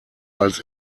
als